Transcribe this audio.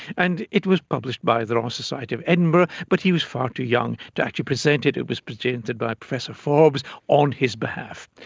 and it was published by the royal society of edinburgh, but he was far too young to actually present it, it was presented by professor forbes on his behalf.